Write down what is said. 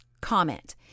comment